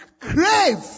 crave